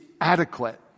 adequate